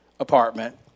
Apartment